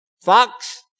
Fox